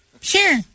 Sure